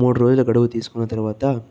మూడు రోజుల గడువు తీసుకున్న తర్వాత